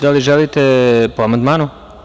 Da li želite po amandmanu?